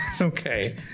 Okay